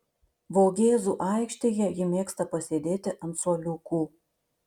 vogėzų aikštėje ji mėgsta pasėdėti ant suoliukų